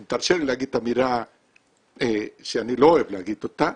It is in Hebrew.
אם תרשה לי להגיד את המילה שאני לא אוהב להגיד אותה,